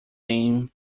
name